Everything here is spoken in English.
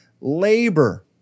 labor